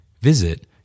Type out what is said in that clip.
Visit